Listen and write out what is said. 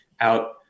out